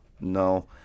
No